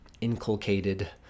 inculcated